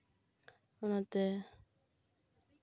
ᱚᱱᱟᱛᱮ